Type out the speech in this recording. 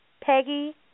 Peggy